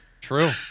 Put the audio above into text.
True